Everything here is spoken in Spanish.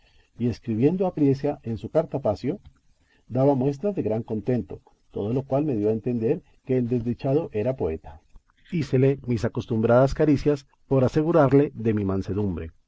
y escribiendo apriesa en su cartapacio daba muestras de gran contento todo lo cual me dio a entender que el desdichado era poeta hícele mis acostumbradas caricias por asegurarle de mi mansedumbre